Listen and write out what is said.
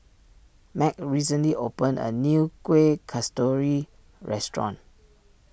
Meg recently opened a new Kueh Kasturi restaurant